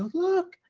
look,